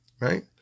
Right